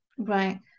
right